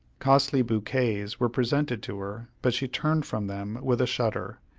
costly bouquets were presented to her, but she turned from them with a shudder,